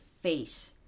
face